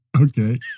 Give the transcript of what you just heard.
Okay